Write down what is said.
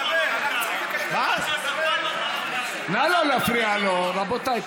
נא לא להפריע לו, רבותיי.